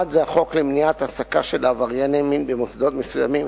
אחד זה החוק למניעת העסקה של עברייני מין במוסדות מסוימים,